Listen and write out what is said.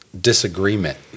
disagreement